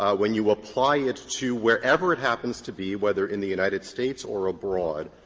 ah when you apply it to wherever it happens to be, whether in the united states or abroad,